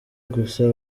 gusa